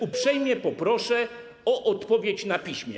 Uprzejmie poproszę odpowiedź na piśmie.